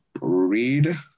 read